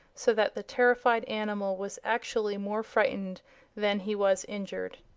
so that the terrified animal was actually more frightened than he was injured.